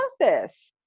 process